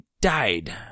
died